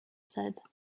said